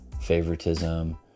favoritism